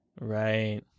Right